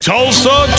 Tulsa